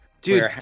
Dude